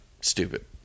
stupid